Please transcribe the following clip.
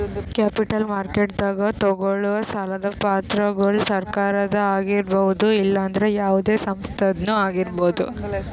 capital ಮಾರ್ಕೆಟ್ದಾಗ್ ತಗೋಳವ್ ಸಾಲದ್ ಪತ್ರಗೊಳ್ ಸರಕಾರದ ಆಗಿರ್ಬಹುದ್ ಇಲ್ಲಂದ್ರ ಯಾವದೇ ಸಂಸ್ಥಾದ್ನು ಆಗಿರ್ಬಹುದ್